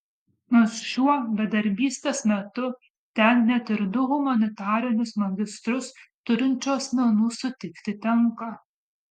nors šiuo bedarbystės metu ten net ir du humanitarinius magistrus turinčių asmenų sutikti tenka